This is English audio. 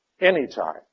anytime